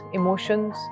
emotions